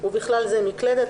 ובכלל זה מקלדת,